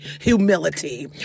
humility